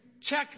check